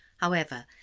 however,